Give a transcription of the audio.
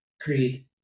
creed